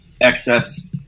excess